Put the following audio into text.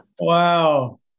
Wow